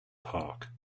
park